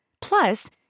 Plus